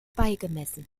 beigemessen